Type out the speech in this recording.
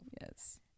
Yes